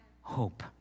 hope